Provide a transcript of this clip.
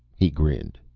he grinned,